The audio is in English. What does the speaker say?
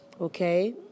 okay